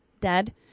dead